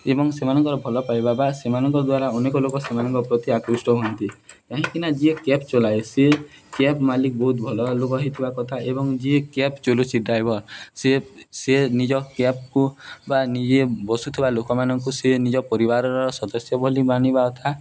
ଏବଂ ସେମାନଙ୍କର ଭଲ ପାଇବା ବା ସେମାନଙ୍କ ଦ୍ୱାରା ଅନେକ ଲୋକ ସେମାନଙ୍କ ପ୍ରତି ଆକୃଷ୍ଟ ହୁଅନ୍ତି କାହିଁକିନା ଯିଏ କ୍ୟାବ୍ ଚଲାଏ ସିଏ କ୍ୟାବ୍ ମାଲିକ ବହୁତ ଭଲ ଲୋକ ହେଇଥିବା କଥା ଏବଂ ଯିଏ କ୍ୟାବ୍ ଚଲଉଛିି ଡ୍ରାଇଭର ସିଏ ସିଏ ନିଜ କ୍ୟାବ୍କୁ ବା ନିଜେ ବସୁଥିବା ଲୋକମାନଙ୍କୁ ସିଏ ନିଜ ପରିବାରର ସଦସ୍ୟ ବୋଲି ମାନିବା କଥା